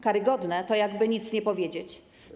Karygodne to jakby nic nie powiedzieć.